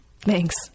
Thanks